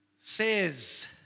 says